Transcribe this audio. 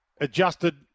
adjusted